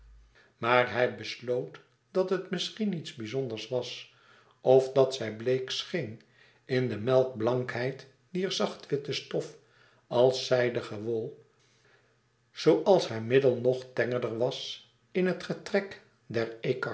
maar hij besloot dat het misschien niets bizonders was of dat zij bleek schéen in de melkblankheid dier zachtwitte stof als zijdige wol zooals haar middel nog tengerder was in het getrek